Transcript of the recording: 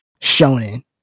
shonen